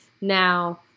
now